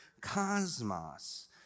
cosmos